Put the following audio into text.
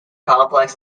complex